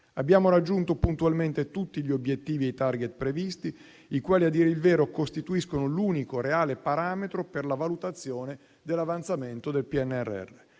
Abbiamo raggiunto puntualmente tutti gli obiettivi e i *target* previsti, i quali, a dire il vero, costituiscono l'unico reale parametro per la valutazione dell'avanzamento del PNRR.